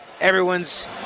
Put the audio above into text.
everyone's